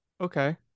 Okay